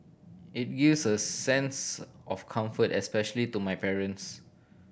it gives a sense of comfort especially to my parents